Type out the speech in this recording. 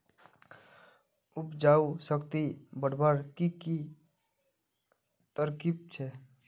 उपजाऊ शक्ति बढ़वार की की तरकीब छे?